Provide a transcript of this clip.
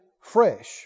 fresh